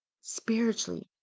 spiritually